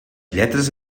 lletres